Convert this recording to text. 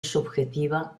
subjetiva